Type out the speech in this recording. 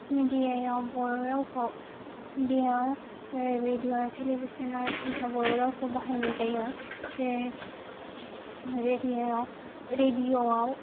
मिडियाआव बर' रावखौ मिडिया जेरै रेडिअ आरो टेलिभिसन आरो प्रिन्ताव बर' रावखौ बाहायनाय जायो जेरै रेडिअआव रेडिअआव